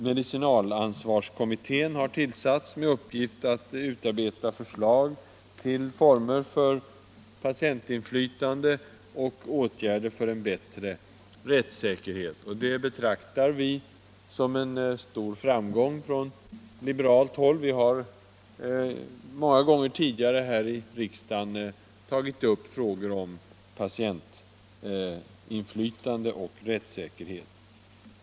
Medicinalansvarskommittén har tillsatts med uppgift att utarbeta förslag till former för patientinflytande och åtgärder för en bättre rättssäkerhet. Detta betraktar vi från liberalt håll som en stor framgång. Vi har många gånger tidigare här i riksdagen tagit upp frågor om patientinflytande och rättssäkerhet.